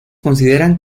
consideran